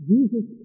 Jesus